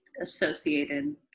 associated